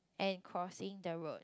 and crossing the road